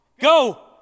Go